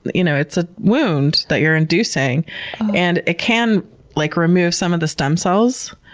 you know it's a wound that you're inducing and it can like remove some of the stem cells.